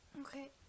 Okay